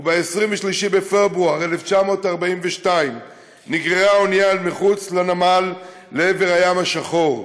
וב-23 בפברואר 1942 נגררה האונייה אל מחוץ לנמל לעבר הים השחור.